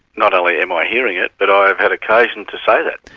not only am i hearing it but i've had occasion to say that.